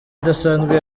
idasanzwe